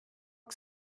que